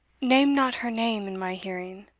name not her name in my hearing!